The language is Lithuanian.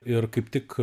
ir kaip tik